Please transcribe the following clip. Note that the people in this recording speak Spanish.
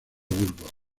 burgos